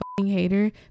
hater